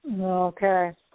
Okay